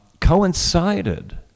coincided